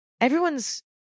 everyone's